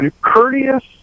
courteous